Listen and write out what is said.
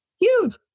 Huge